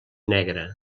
negra